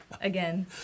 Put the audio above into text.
again